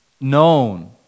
known